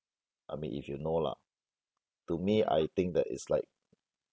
I mean if you know lah to me I think that it's like